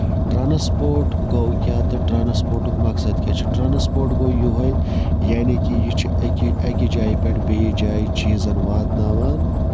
transport گوو کیاہ تہٕ ٹرانَسپورٹُک مقصد کیاہ چھُ ٹرانَسپورٹ گوو یِہوے یعنی کہِ یہِ چھُ اکہِ اَکہِ جایہِ پٮ۪ٹھ بیٚیہِ جایہِ چیٖزَن واتناوان